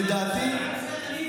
כי לדעתי,